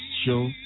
show